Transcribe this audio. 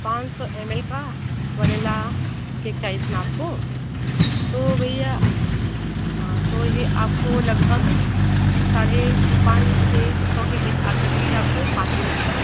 पाँच सौ M L का वेनिला केक चाहिए था न आपको तो भैया हाँ तो यह आपको लगभग साड़े पाँच छः सौ के बीच आ सकती है आपको पाँच एम एल का